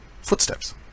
footsteps